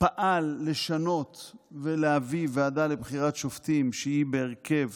פעל לשנות ולהביא ועדה לבחירת שופטים שהיא בהרכב